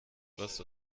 was